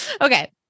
Okay